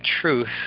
truth